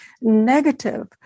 negative